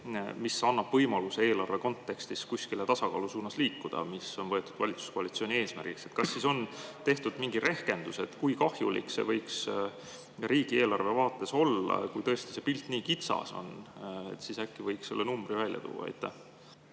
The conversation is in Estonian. mis annab võimaluse eelarve kontekstis kuskile tasakaalu suunas liikuda, mis on võetud valitsuskoalitsiooni eesmärgiks. Kas siis on tehtud mingi rehkendus, kui kahjulik see võiks riigieelarve vaates olla? Kui tõesti see pilt nii kitsas on, siis äkki võiks selle numbri välja tuua? Aitäh,